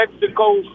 Mexico